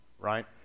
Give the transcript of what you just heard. right